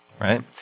right